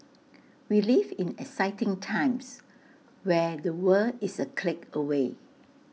we live in exciting times where the world is A click away